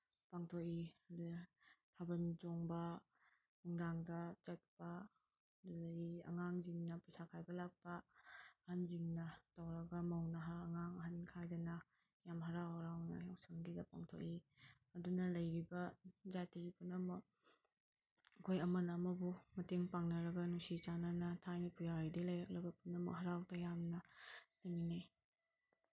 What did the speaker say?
ꯄꯥꯡꯊꯣꯛꯏ ꯑꯗꯨꯗ ꯊꯥꯕꯜ ꯆꯣꯡꯕ ꯅꯨꯡꯗꯥꯡꯗ ꯆꯠꯄ ꯑꯗꯨꯗꯒꯤ ꯑꯉꯥꯡꯁꯤꯡꯅ ꯄꯩꯁꯥ ꯈꯥꯏꯕ ꯂꯥꯛꯄ ꯑꯍꯟꯁꯤꯡꯅ ꯇꯧꯔꯒ ꯃꯧ ꯅꯍꯥ ꯑꯉꯥꯡ ꯑꯍꯟ ꯈꯥꯏꯗꯅ ꯌꯥꯝ ꯍꯔꯥꯎ ꯍꯔꯥꯎꯅ ꯌꯥꯎꯁꯪꯒꯤꯗ ꯄꯥꯡꯊꯣꯛꯏ ꯑꯗꯨꯅ ꯂꯩꯔꯤꯕ ꯖꯥꯇꯤ ꯄꯨꯝꯅꯃꯛ ꯑꯩꯈꯣꯏ ꯑꯃꯅ ꯑꯃꯕꯨ ꯃꯇꯦꯡ ꯄꯥꯡꯅꯔꯒ ꯅꯨꯡꯁꯤ ꯆꯥꯅꯅ ꯊꯥꯏꯅ ꯄꯨꯋꯥꯔꯤꯗꯩ ꯂꯩꯔꯛꯂꯕ ꯄꯨꯝꯅꯃꯛ ꯍꯋꯥꯎ ꯇꯌꯥꯝꯅ ꯂꯩꯃꯤꯟꯅꯩ